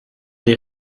des